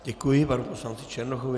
Děkuji panu poslanci Černochovi.